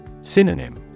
Synonym